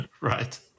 Right